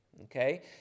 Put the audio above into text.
okay